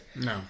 No